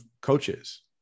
coaches